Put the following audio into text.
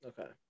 Okay